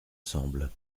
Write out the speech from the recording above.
semble